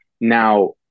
Now